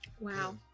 wow